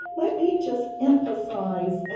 let me just emphasize and